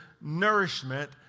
nourishment